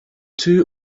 two